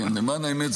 למען האמת,